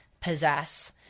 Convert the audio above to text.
possess